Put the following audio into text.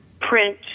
print